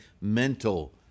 mental